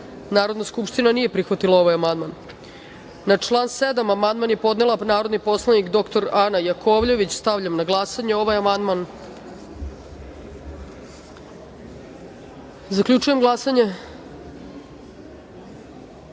151.Narodna skupština nije prihvatila ovaj amandman. Na član 5. amandman je podnela narodni poslanik dr Ana Jakovljević. Stavljam na glasanje amandman. Zaključujem glasanje: